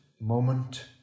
moment